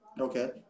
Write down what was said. Okay